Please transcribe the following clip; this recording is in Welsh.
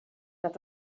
nad